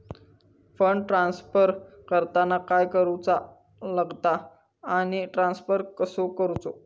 Fund transfer करताना काय करुचा लगता आनी ट्रान्स्फर कसो करूचो?